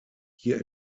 hier